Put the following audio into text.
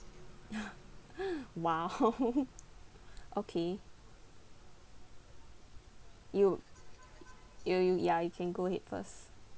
!wow! okay you you you ya you can go ahead first